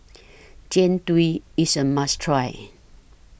Jian Dui IS A must Try